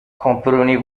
comprenez